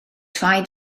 rhaid